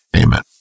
Amen